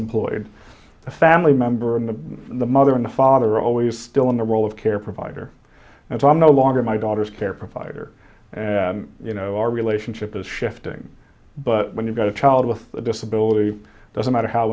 employed a family member in the the mother in the father always still in the role of care provider and so i'm no longer my daughter's care provider you know our relationship is shifting but when you've got a child with a disability doesn't matter how